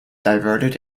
diverted